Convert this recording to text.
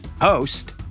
host